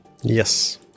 Yes